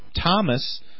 Thomas